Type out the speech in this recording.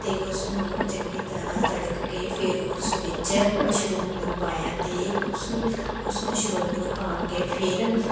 ਅਤੇ ਉਸ ਨੂੰ ਚੰਗੀ ਤਰ੍ਹਾਂ ਤੜਕ ਕੇ ਫਿਰ ਉਸ ਵਿੱਚ ਮਸ਼ਰੂਮ ਨੂੰ ਪਾਇਆ ਅਤੇ ਉਸ ਉਸ ਮਸ਼ਰੂਮ ਨੂੰ ਪਾ ਕੇ ਫਿਰ